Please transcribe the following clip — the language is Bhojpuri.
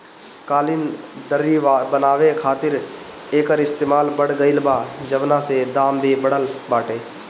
कालीन, दर्री बनावे खातिर एकर इस्तेमाल बढ़ गइल बा, जवना से दाम भी बढ़ल बाटे